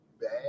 bad